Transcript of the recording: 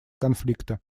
конфликта